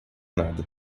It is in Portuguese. nada